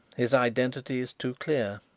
his identity is too clear.